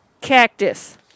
Cactus